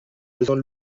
besoin